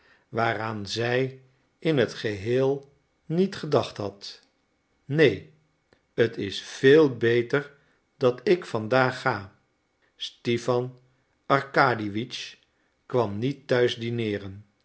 waaraan zij in het geheel niet gedacht had neen het is veel beter dat ik vandaag ga stipan arkadiewitsch kwam niet thuis dineeren